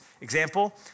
Example